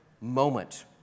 moment